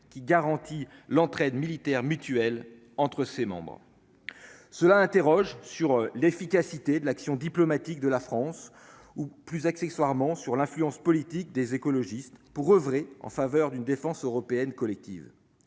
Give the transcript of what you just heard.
qui garantit l'entraide militaire mutuelle entre ses membres, cela interroge sur l'efficacité de l'action diplomatique de la France ou plus accessoirement sur l'influence politique des écologistes pour oeuvrer en faveur d'une défense européenne collective,